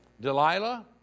Delilah